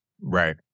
Right